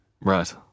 Right